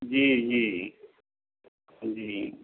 जी जी जी